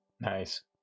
Nice